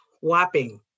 whopping